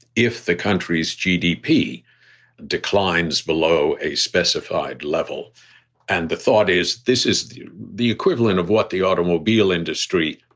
if the country's gdp declines below a specified level and the thought is this is the the equivalent of what the automobile industry.